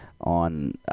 on